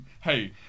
hey